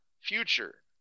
future